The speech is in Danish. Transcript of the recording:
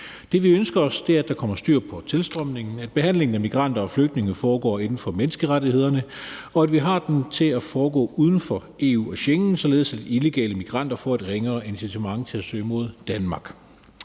Det, vi ønsker os, er, at der kommer styr på tilstrømningen, at behandlingen af migranter og flygtninge foregår i overensstemmelse med menneskerettighederne, og at den foregår uden for EU og Schengen, således at illegale migranter får et ringere incitament til at søge mod Danmark.